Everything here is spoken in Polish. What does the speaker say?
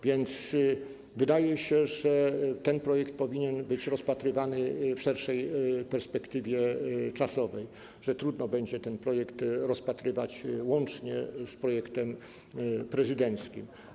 Więc wydaje się, że ten projekt powinien być rozpatrywany w szerszej perspektywie czasowej, że trudno będzie go rozpatrywać łącznie z projektem prezydenckim.